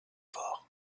fort